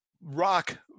rock